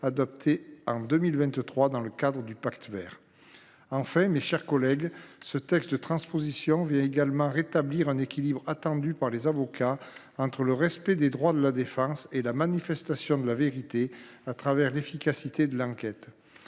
adopté en 2023 dans le cadre du Pacte vert. Enfin, ce texte de transposition rétablit un équilibre attendu par les avocats entre le respect des droits de la défense et la manifestation de la vérité pour l’efficacité de l’enquête.